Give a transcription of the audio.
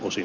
uusi